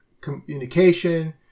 communication